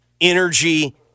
energy